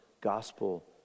gospel